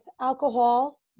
alcohol